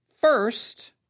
first